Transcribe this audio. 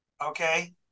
Okay